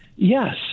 Yes